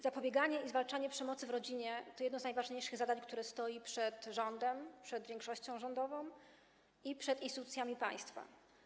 Zapobieganie i zwalczanie przemocy w rodzinie to jedno z najważniejszych zadań, jakie stoją przed większością rządową i przed instytucjami państwa.